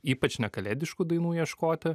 ypač nekalėdiškų dainų ieškoti